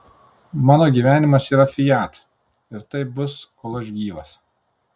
mano gyvenimas yra fiat ir taip bus kol aš gyvas